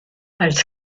als